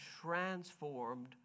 transformed